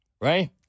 right